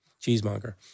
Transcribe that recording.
Cheesemonger